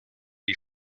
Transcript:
die